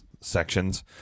sections